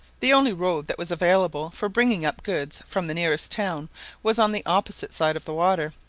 the only road that was available for bringing up goods from the nearest town was on the opposite side of the water,